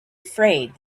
afraid